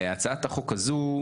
להצעת החוק הזה,